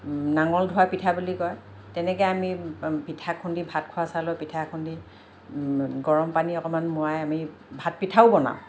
নাঙলধোৱা পিঠা বুলি কয় তেনেকে আমি পিঠা খুন্দি ভাত খোৱা চাউলৰ পিঠা খুন্দি গৰম পানী অকনমান নোৱাই আমি ভাত পিঠাও বনাওঁ